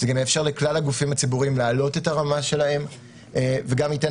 זה גם יאפשר לכלל הגופים הציבוריים להעלות את הרמה שלהם וגם ייתן